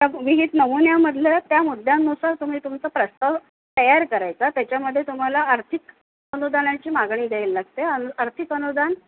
त्या विहित नमुन्यामधलं त्या मुद्द्यांनुसार तुम्ही तुमचा प्रस्ताव तयार करायचा त्याच्यामध्ये तुम्हाला आर्थिक अनुदानाची मागणी द्यायला लागते आणि आर्थिक अनुदान